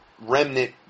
remnant